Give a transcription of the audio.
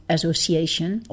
Association